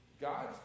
God